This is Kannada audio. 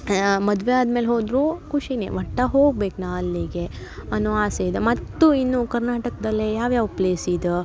ಮದ್ವೆ ಆದ್ಮೇಲೆ ಹೋದರೂ ಖುಷಿನೇ ಒಟ್ಟು ಹೋಗ್ಬೇಕು ನಾ ಅಲ್ಲಿಗೆ ಅನ್ನೋ ಆಸೆ ಇದೆ ಮತ್ತು ಇನ್ನೂ ಕರ್ನಾಟಕದಲ್ಲೇ ಯಾವ್ಯಾವ ಪ್ಲೇಸ್ ಇದ